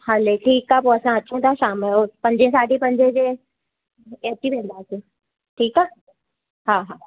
हले ठीकु आहे पोइ असां अचूं था शाम जो पंजे साढे पंजे जे अची वेंदासीं ठीकु आहे हा हा